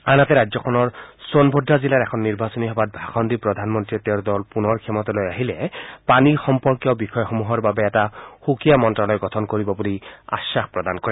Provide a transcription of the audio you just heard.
আনহাতে সোণভদ্ৰা জিলাৰ এখন নিৰ্বাচনী সভাত ভাষণ দি প্ৰধানমন্ত্ৰীয়ে তেওঁৰ দল পূনৰ ক্ষমতালৈ আহিলে পানী সম্পৰ্কীয় বিষয় সমূহৰ বাবে এটা সুকীয়া মন্ত্ৰালয় গঠন কৰিব বুলি আশ্বাস প্ৰদান কৰে